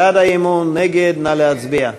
בעד האי-אמון, נגד, נא להצביע.